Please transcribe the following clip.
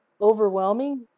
overwhelming